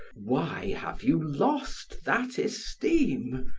why have you lost that esteem?